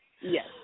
yes